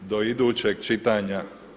Do idućeg čitanja.